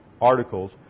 articles